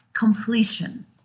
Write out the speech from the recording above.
Completion